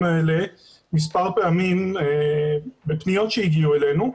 האלה מספר פעמים בפניות שהגיעו אלינו.